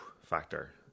factor